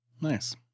Nice